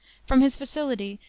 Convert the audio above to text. from his facility,